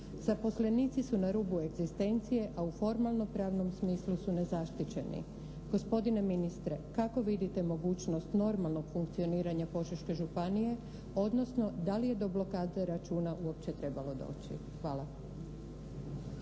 Zaposlenici su na rubu egzistencija a u formalno-pravnom smislu su nezaštićeni. Gospodine ministre, kako vidite mogućnost normalnog funkcioniranja Požeške županije odnosno da li je do blokade računa uopće trebalo doći? Hvala.